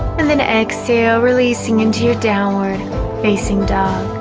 and and exhale releasing into your downward facing dog